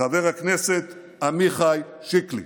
חבר הכנסת עמיחי שיקלי.